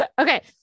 okay